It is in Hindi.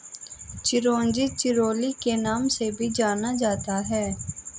चिरोंजी चिरोली के नाम से भी जाना जाता है